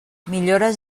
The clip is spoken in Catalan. millores